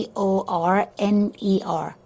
Corner